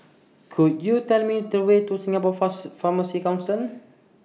Could YOU Tell Me The Way to Singapore Pharmacy Council